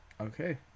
Okay